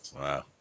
Wow